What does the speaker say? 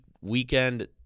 weekend